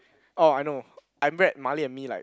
oh I know I'm Brad marley-and-me like